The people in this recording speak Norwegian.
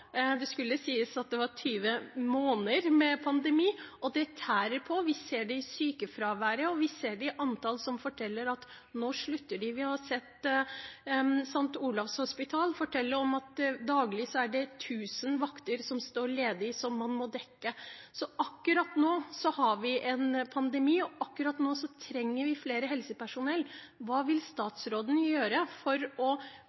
Det skulle sies at det var 20 måneder med pandemi. Det tærer på; vi ser det på sykefraværet, og vi ser det på antallet som forteller at de slutter. Vi har sett det ved St. Olavs hospital, der man forteller om at det daglig er tusen vakter som står ledige, og som man må dekke. Akkurat nå har vi en pandemi, og akkurat nå trenger vi mer helsepersonell. Hva vil statsråden gjøre for å